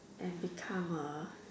and become a